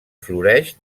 floreix